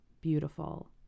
Beautiful